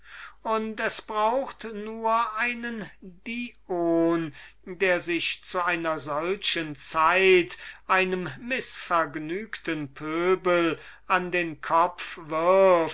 und es braucht nur einen dion der sich zu einer solchen zeit einem mißvergnügten pöbel an den kopf